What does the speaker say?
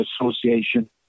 association